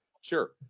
sure